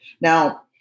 Now